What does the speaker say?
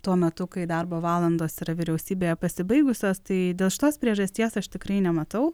tuo metu kai darbo valandos yra vyriausybėje pasibaigusios tai dėl šitos priežasties aš tikrai nematau